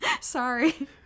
Sorry